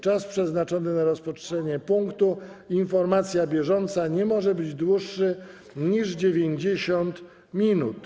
Czas przeznaczony na rozpatrzenie punktu: Informacja bieżąca nie może być dłuższy niż 90 minut.